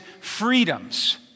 freedoms